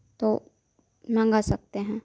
तो मंगा सकते हैं